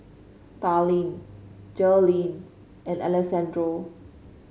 Darline Jaleel and Alexandro